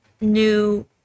new